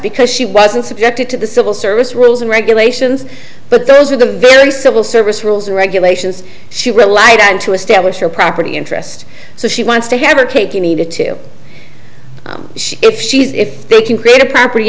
because she wasn't subjected to the civil service rules and regulations but there is a very civil service rules and regulations she relied on to establish your property interest so she wants to have a cake you need it to she if she's if they can create a property